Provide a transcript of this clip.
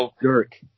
Dirk